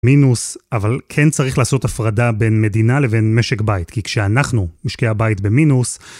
מינוס, אבל כן צריך לעשות הפרדה בין מדינה לבין משק בית, כי כשאנחנו משקי הבית במינוס,